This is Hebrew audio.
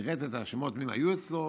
ופירט את השמות של מי שהיו אצלו.